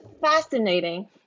fascinating